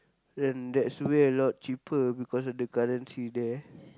and that's way a lot cheaper cause of the currency there